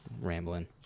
rambling